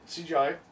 CGI